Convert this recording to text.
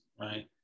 right